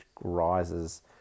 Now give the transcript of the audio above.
rises